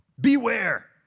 Beware